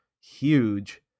huge